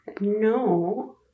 No